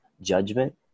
judgment